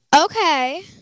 Okay